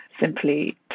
simply